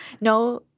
No